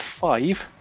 five